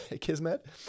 Kismet